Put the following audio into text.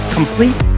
complete